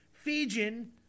Fijian